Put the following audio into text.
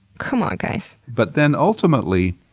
c'mon, guys! but then ultimately,